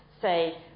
say